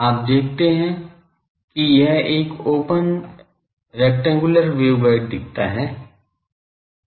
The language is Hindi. आप देखते हैं कि यह एक ओपन रेक्टेंगुलर वेवगाइड दिखाता है